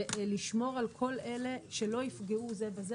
ולשמור על כל אלה שלא יפגעו זה בזה